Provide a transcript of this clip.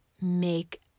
make